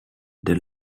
des